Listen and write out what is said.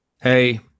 hey